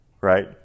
Right